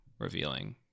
Revealing